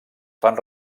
fan